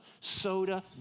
soda